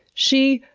she.